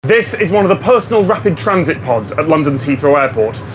this is one of the personal rapid transit pods at london's heathrow airport.